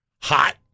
hot